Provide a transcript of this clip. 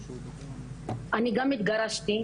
אני גם התגרשתי,